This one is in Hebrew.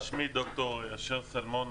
שמי ד"ר אשר שלמון.